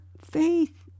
faith